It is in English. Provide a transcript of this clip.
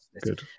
good